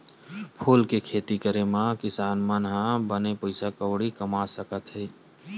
फूल के खेती करे मा किसान मन बने पइसा कउड़ी कमा सकत हे